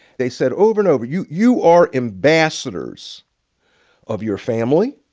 they said over and over, you you are ambassadors of your family.